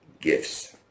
gifts